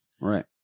Right